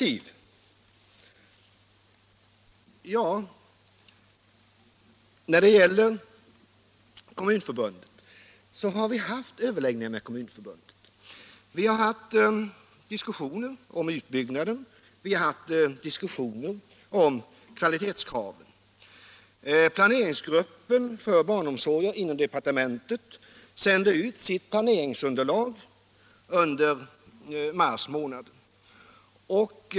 Så var det fråga om initiativ. Vi har haft överläggningar med Kommunförbundet, vi har fört diskussioner om utbyggnaden och om kvalitetskraven. Planeringsgruppen för barnomsorg inom departementet sände ut sitt planeringsunderlag under mars månad.